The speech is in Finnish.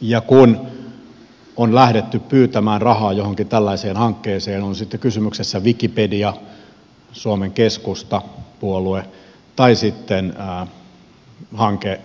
ja kun on lähdetty pyytämään rahaa johonkin tällaiseen hankkeeseen on kysymyksessä sitten wikipedia suomen keskusta puolue tai hanke